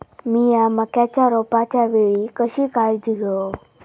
मीया मक्याच्या रोपाच्या वेळी कशी काळजी घेव?